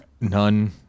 none